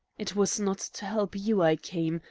it was not to help you i came,